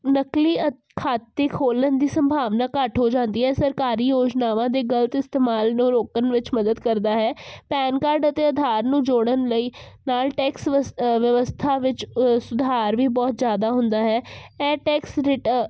ਨਕਲੀ ਅ ਖਾਤੇ ਖੋਲ੍ਹਣ ਦੀ ਸੰਭਾਵਨਾ ਘੱਟ ਹੋ ਜਾਂਦੀ ਹੈ ਸਰਕਾਰੀ ਯੋਜਨਾਵਾਂ ਦੇ ਗਲਤ ਇਸਤੇਮਾਲ ਨੂੰ ਰੋਕਣ ਵਿੱਚ ਮਦਦ ਕਰਦਾ ਹੈ ਪੈਨ ਕਾਰਡ ਅਤੇ ਆਧਾਰ ਨੂੰ ਜੋੜਨ ਲਈ ਨਾਲ ਟੈਕਸ ਵਿਸ ਵਿਵਸਥਾ ਵਿੱਚ ਸੁਧਾਰ ਵੀ ਬਹੁਤ ਜ਼ਿਆਦਾ ਹੁੰਦਾ ਹੈ ਇਹ ਟੈਕਸ ਰਿਟਾ